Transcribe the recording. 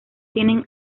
tienen